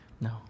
No